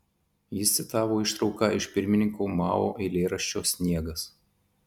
jis citavo ištrauką iš pirmininko mao eilėraščio sniegas